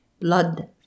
blood